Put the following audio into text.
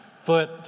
foot